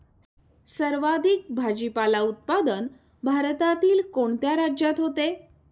सर्वाधिक भाजीपाला उत्पादन भारतातील कोणत्या राज्यात होते?